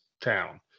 town